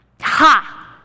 ha